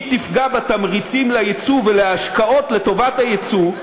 אם תפגע בתמריצים ליצוא ולהשקעות לטובת היצוא,